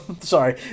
sorry